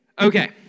Okay